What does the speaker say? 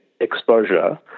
exposure